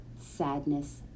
sadness